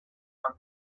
and